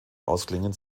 ausklingen